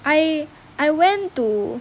I I went to